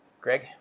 Greg